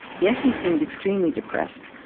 yes, he seemed extremely depressed,